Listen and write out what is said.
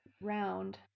round